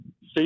see